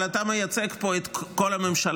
אבל אתה מייצג פה את כל הממשלה,